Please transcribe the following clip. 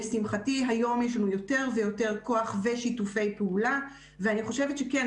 לשמחתי היום יש לנו יותר ויותר כוח ושיתופי פעולה ואני חושבת שכן,